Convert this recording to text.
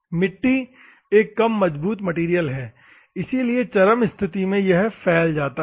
गिट्टी एक कम मजबूत मैटेरियल है इसीलिए चरम स्थिति में यह फेल हो जाता है